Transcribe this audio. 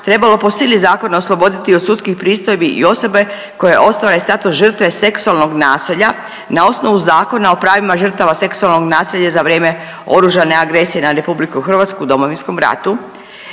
trebalo po sili osloboditi od sudskih pristojbi i osobe koje ostvare status žrtve seksualnog nasilja na osnovu Zakona o pravima žrtava seksualnog nasilja za vrijeme oružane agresije na RH u Domovinskom ratu